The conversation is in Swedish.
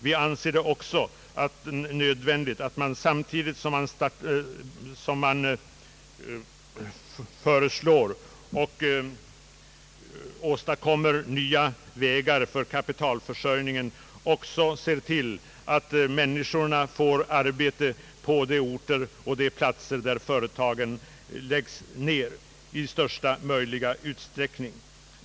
Vi anser det också nödvändigt att, samtidigt som nya vägar för kapitalförsörjningen skapas, också tillse att människorna i största möjliga utsträckning får sysselsättning på de orter och platser där företag läggs ned.